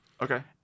Okay